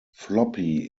floppy